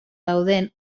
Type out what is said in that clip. dauden